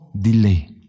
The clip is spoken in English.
delay